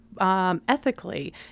Ethically